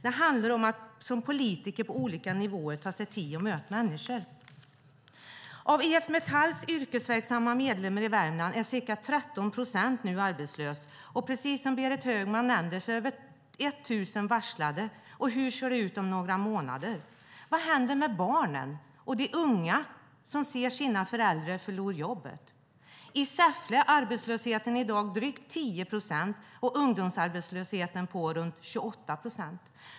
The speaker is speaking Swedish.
Det handlar om att som politiker på olika nivåer ta sig tid att möta människor. Av IF Metalls yrkesverksamma medlemmar i Värmland är ca 13 procent nu arbetslösa. Precis som Berit Högman nämnde är över 1 000 varslade, och hur ser det ut om några månader? Vad händer med barnen och de unga som ser sina föräldrar förlora jobbet? I Säffle är arbetslösheten i dag drygt 10 procent, och ungdomsarbetslösheten är runt 28 procent.